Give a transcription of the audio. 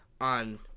on